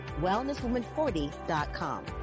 wellnesswoman40.com